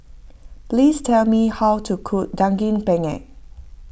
please tell me how to cook Daging Penyet